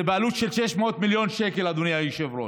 זה בעלות של 600 מיליון שקל, אדוני היושב-ראש.